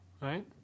right